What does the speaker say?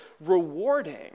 rewarding